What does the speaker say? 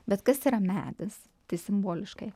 bet kas yra medis tai simboliškai